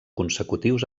consecutius